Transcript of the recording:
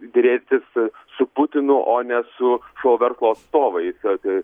derėtis su putinu o ne su šou verslo atstovais tai